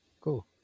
cool